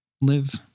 live